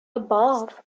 above